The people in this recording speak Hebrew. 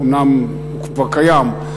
אומנם הוא כבר קיים.